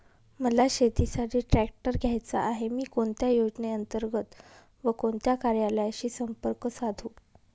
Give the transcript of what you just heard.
मला शेतीसाठी ट्रॅक्टर घ्यायचा आहे, मी कोणत्या योजने अंतर्गत व कोणत्या कार्यालयाशी संपर्क साधू?